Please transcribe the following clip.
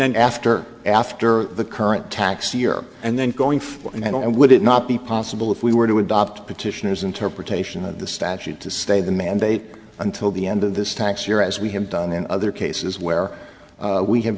then after after the current tax year and then going for and i would it not be possible if we were to adopt petitioners interpretation of the statute to stay the mandate until the end of this tax year as we have done in other cases where we have